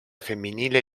femminile